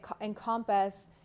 encompass